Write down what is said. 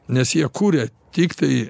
nes jie kuria tiktai